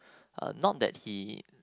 uh not that he